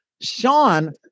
Sean